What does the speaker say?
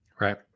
Right